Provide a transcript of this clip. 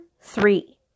three